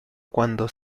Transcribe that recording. cuando